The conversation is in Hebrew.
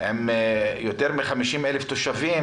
עיר עם יותר מ-50,000 תושבים,